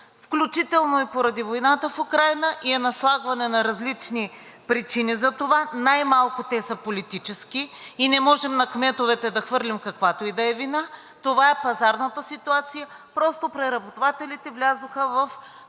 включително и поради войната в Украйна, и е наслагване на различни причини, а най-малко те са политически и не можем на кметовете да хвърлим каквато и да е вина. Това е пазарната ситуация – просто преработвателите влязоха в